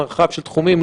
במגוון של תחומים,